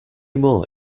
more